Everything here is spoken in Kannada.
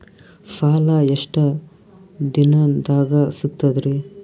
ಸಾಲಾ ಎಷ್ಟ ದಿಂನದಾಗ ಸಿಗ್ತದ್ರಿ?